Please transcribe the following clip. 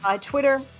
Twitter